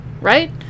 right